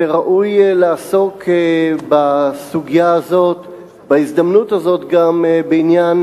וראוי לעסוק בסוגיה הזאת בהזדמנות הזאת גם בעניין